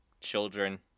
children